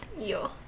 yo